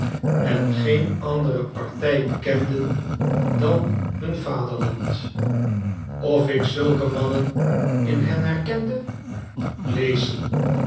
en geen andere partij kenden dan hun vaderland of ik zulke mannen in hen herkende